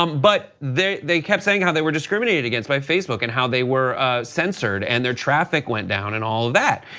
um but they they kept saying how they were discriminated against by facebook and they were censored and their traffic went down and all of that,